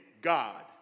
God